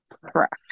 Correct